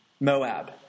Moab